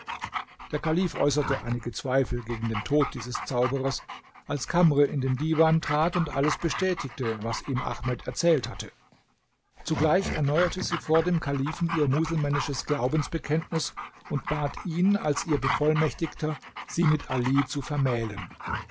der kalif äußerte einige zweifel gegen den tod dieses zauberers als kamr in den diwan trat und alles bestätigte was ihm ahmed erzählt hatte zugleich erneuerte sie vor dem kalifen ihr muselmännisches glaubensbekenntnis und bat ihn als ihr bevollmächtigter sie mit ali zu vermählen